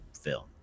film